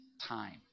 time